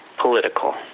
political